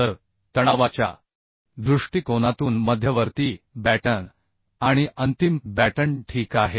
तर तणावाच्या दृष्टिकोनातून मध्यवर्ती बॅटन आणि अंतिम बॅटन ठीक आहेत